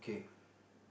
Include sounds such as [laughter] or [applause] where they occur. okay [breath]